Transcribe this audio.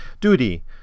duty